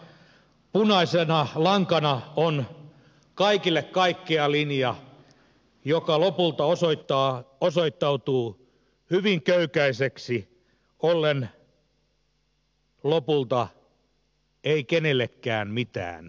kasvupaketissa punaisena lankana on kaikille kaikkea linja joka lopulta osoittautuu hyvin köykäiseksi ollen lopulta ei kenellekään mitään linja